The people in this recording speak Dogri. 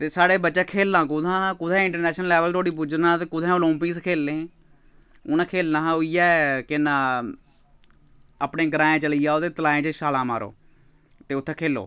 ते साढ़े बच्चें खेलना कुत्थां कुत्थै इंटरनैशनल लैवल धोड़ी पुज्जना ते कु'त्थै ओलंपिक्स खेलने उ'नें खेलना हा उ'यै केह् नांऽ अपने ग्राएं चली जाओ ते तलाएं च छालां मारो ते उत्थै खेलो